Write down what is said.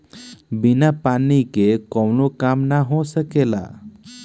बिना पानी के कावनो काम ना हो सकेला